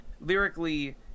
lyrically